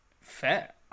Fair